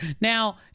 Now